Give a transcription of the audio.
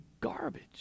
garbage